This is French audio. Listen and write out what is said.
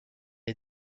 est